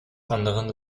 anderen